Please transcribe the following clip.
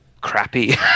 crappy